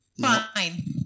Fine